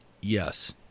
Yes